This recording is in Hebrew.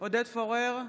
עודד פורר,